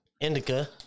indica